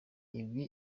ibi